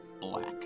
black